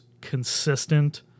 consistent